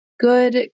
good